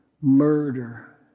murder